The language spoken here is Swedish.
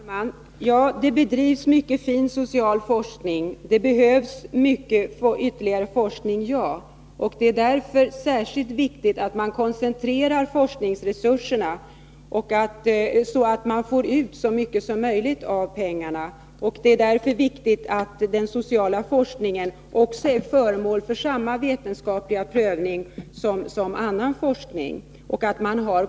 Herr talman! Det bedrivs mycket av fin social forskning, och det behövs mycket ytterligare forskning — det stämmer. Det är därför särskilt viktigt att koncentrera forskningsresurserna, så att man får ut så mycket som möjligt av pengarna. Det är därför viktigt att den sociala forskningen är föremål för samma vetenskapliga prövning som annan forskning.